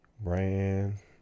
brand